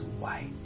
white